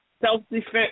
self-defense